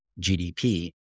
GDP